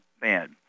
bad